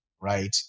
right